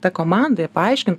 ta komanda jie paaiškint